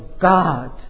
God